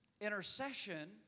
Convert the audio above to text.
intercession